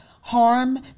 harm